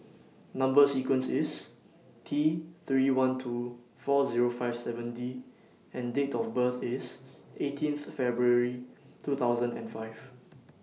Number sequence IS T three one two four Zero five seven D and Date of birth IS eighteenth February two thousand and five